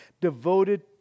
devoted